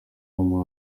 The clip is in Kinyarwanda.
uwo